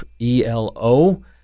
ELO